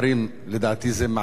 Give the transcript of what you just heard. לדעתי, זה מעשה,